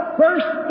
first